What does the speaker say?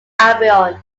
albion